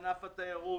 ענף התיירות,